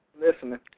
Listening